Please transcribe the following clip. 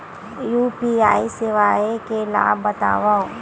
UPI सेवाएं के लाभ बतावव?